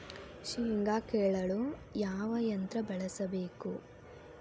ಶೇಂಗಾ ಕೇಳಲು ಯಾವ ಯಂತ್ರ ಬಳಸಬೇಕು?